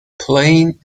plain